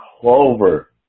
clover